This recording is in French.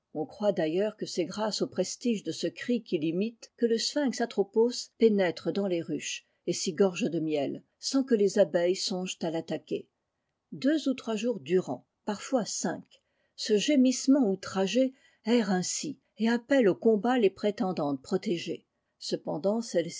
on croit d'ailleurs que c'est grâce au prestige de ce cri pi'il imite que le sphinx atropos pénètre dans les ruches et s'y gorge de miel sans que les abeiues songent à l'attaquer deux ou trois jours durant parfois cinq ce gémissement outragé erre ainsi et appelle au c ibat les prétendantes protégées cependant